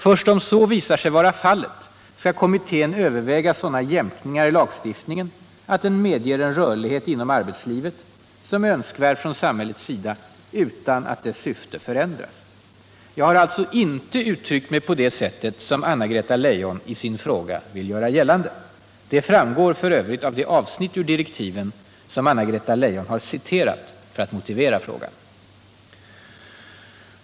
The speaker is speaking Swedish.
Först om så visar sig vara fallet skall kommittén överväga sådana jämkningar i lagstiftningen att den medger en rörlighet inom arbetslivet som är önskvärd från samhällets sida utan att dess syfte förändras. Jag har alltså inte uttryckt mig på det sätt som Anna-Greta Leijon i sin fråga vill göra gällande. Det framgår ju f. ö. av det avsnitt ur direktiven som Anna-Greta Leijon har citerat för att motivera frågan.